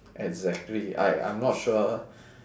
exactly I I'm not sure